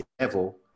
level